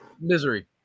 Misery